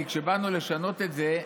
האמת היא שכשבאנו לשנות את זה,